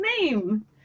name